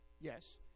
Yes